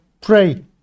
pray